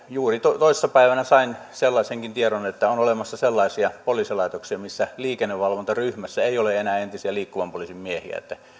juuri toissa päivänä sain sellaisenkin tiedon että on olemassa sellaisia poliisilaitoksia missä liikennevalvontaryhmässä ei enää ole entisiä liikkuvan poliisin miehiä että